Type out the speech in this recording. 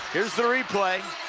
here's the replay.